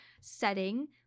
setting